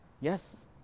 Yes